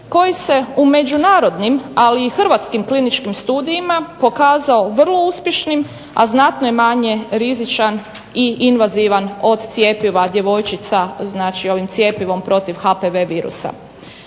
koji se u međunarodnim ali i hrvatskim kliničkim studijima pokazao vrlo uspješnim, a znatno je manje rizičan i invazivan od cjepiva djevojčica, znači ovim cjepivom protiv HPV virusa.